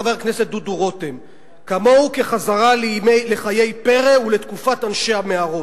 חבר הכנסת דוד רותם: כמוהו כחזרה לחיי פרא ולתקופת אנשי המערות.